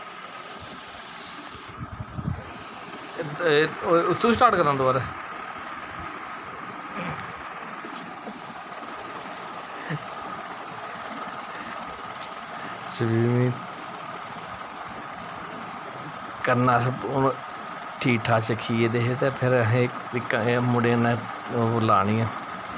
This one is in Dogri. इत्थूं स्टार्ट करा दबारै स्विमिंग करना अस ठीक ठाक सिक्खी गेदे हे ते फिर असें इक मुड़े न ओह् लानी